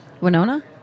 Winona